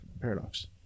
Paradox